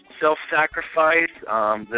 Self-sacrifice